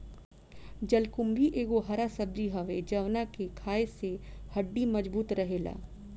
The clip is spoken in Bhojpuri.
जलकुम्भी एगो हरा सब्जी हवे जवना के खाए से हड्डी मबजूत रहेला